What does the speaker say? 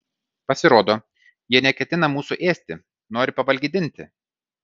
pasirodo jie neketina mūsų ėsti nori pavalgydinti